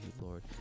Lord